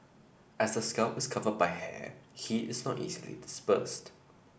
as the scalp is covered by hair heat is not easily dispersed